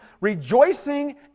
rejoicing